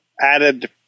added